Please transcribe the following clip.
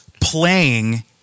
playing